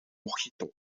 mojito